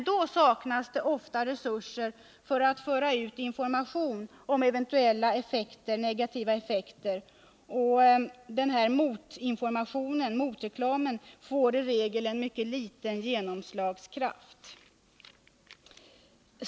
Då saknas emellertid ofta resurser att föra ut information om eventuella negativa effekter, och den här ”motreklamen” får i regel mycket liten genomslagskraft.